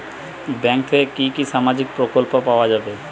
Bank থেকে কি কি সামাজিক প্রকল্প পাওয়া যাবে?